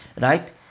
Right